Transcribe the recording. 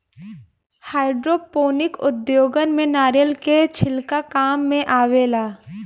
hydroponic उद्योग में नारिलय के छिलका काम मेआवेला